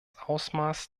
ausmaß